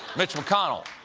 mitch mcconnell.